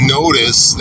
notice